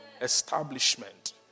establishment